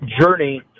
journey